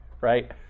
right